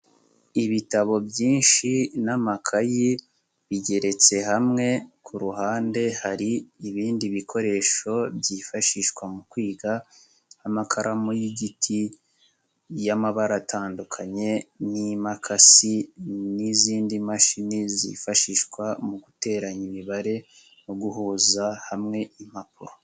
Ibitabo byinshi n'amakayi bigeretse hamwe, ku ruhande hari ibindi bikoresho byifashishwa mu kwiga, nk'amakaramu y'igiti y'amabara atandukanye n'imakasi n'izindi mashini zifashishwa mu guteranya imibare no guhuza hamwe impapuro.